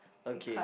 okay